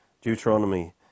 Deuteronomy